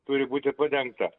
turi būti padengta